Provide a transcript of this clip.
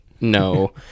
no